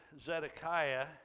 Zedekiah